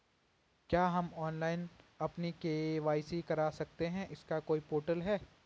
क्या हम ऑनलाइन अपनी के.वाई.सी करा सकते हैं इसका कोई पोर्टल है?